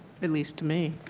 at least to me.